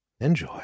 Enjoy